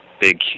big